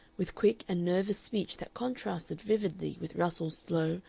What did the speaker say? with quick and nervous speech that contrasted vividly with russell's slow,